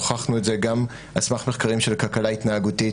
הוכחנו את זה גם על סמך מחקרים של כלכלה התנהגותית,